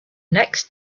next